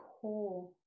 core